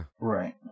right